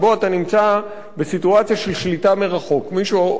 של שליטה מרחוק: מישהו אחר יודע מה קורה אתך,